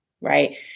right